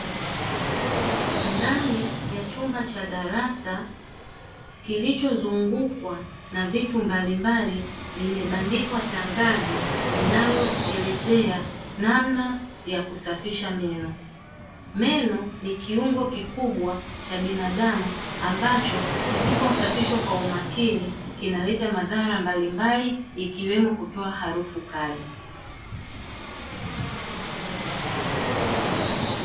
Ndani ya chumba cha darasa kilichozungukwa na vitu mbalimbali, limebandikwa tangazo linaloelezea namna ya kusafisha meno. Meno ni kiungo kikubwa cha binadamu, ambacho kisiposafishwa kwa umakini kinaleta madhara mbalimbali ikiwemo kutoa harufu kali.